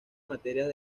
materias